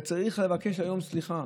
צריך לבקש היום סליחה,